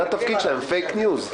זה התפקיד שלהם "פייק ניוז".